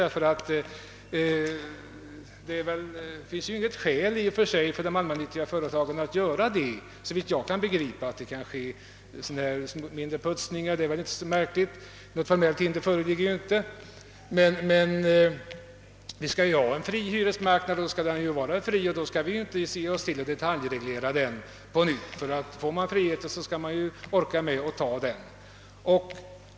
Det finns ju inte något skäl i och för sig för de allmännyttiga företagen att göra detta. Att det kan ske mindre putsningar är väl inte märkligt; något formellt hinder föreligger inte. Men vi skall ha en fri hyresmarknad, och då skall vi inte detaljreglera den på nytt. Får man friheten, skall man orka med den.